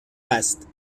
است